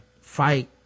fight